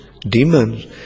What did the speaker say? demons